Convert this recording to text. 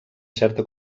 certa